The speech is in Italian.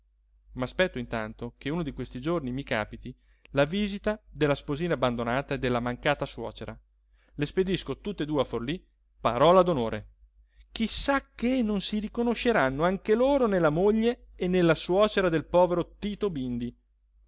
pazzo m'aspetto intanto che uno di questi giorni mi càpiti la visita della sposina abbandonata e della mancata suocera le spedisco tutt'e due a forlí parola d'onore chi sa che non si riconosceranno anche loro nella moglie e nella suocera del povero tito bindi